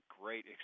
great